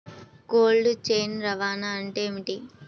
Cold chain రవాణా అంటే ఏమిటీ?